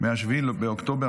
מ-7 באוקטובר),